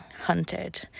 Hunted